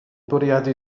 bwriadu